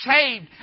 saved